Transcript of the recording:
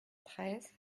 treize